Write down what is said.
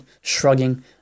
shrugging